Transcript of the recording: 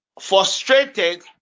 frustrated